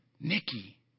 Nikki